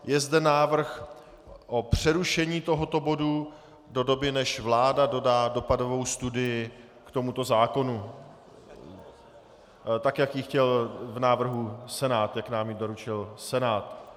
Je zde návrh na přerušení tohoto bodu do doby, než vláda dodá dopadovou studii k tomuto zákonu, tak jak ji chtěl v návrhu Senát, jak nám jej doručil Senát.